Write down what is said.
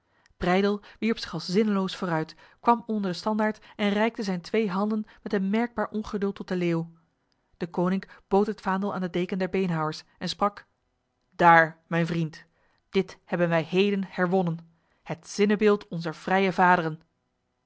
wierp zich als zinneloos vooruit kwam onder de standaard en reikte zijn twee handen met een merkbaar ongeduld tot de leeuw deconinck bood het vaandel aan de deken der beenhouwers en sprak daar mijn vriend dit hebben wij heden herwonnen het zinnebeeld onzer vrije vaderen